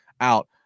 Out